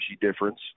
difference